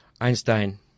Einstein